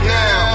now